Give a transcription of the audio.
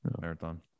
marathon